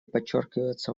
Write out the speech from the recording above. подчеркивается